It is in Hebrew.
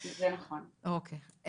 טוב,